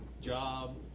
job